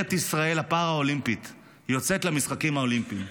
ישראל הפארלימפית יוצאת למשחקים האולימפיים.